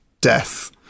death